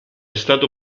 stato